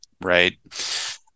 right